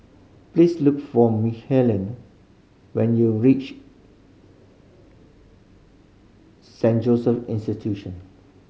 please look for Michelina when you reach Saint Joseph Institution